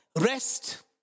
rest